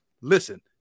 listen